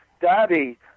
daddy